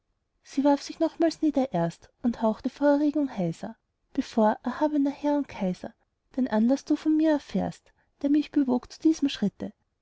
sie warf sich nochmals nieder erst und hauchte vor erregung heiser bevor erhabner herr und kaiser den anlaß du von mir erfährt der mich bewog zu diesem schritte